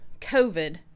COVID